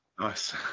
nice